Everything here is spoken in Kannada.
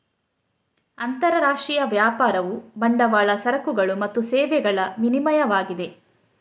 ಅಂತರರಾಷ್ಟ್ರೀಯ ವ್ಯಾಪಾರವು ಬಂಡವಾಳ, ಸರಕುಗಳು ಮತ್ತು ಸೇವೆಗಳ ವಿನಿಮಯವಾಗಿದೆ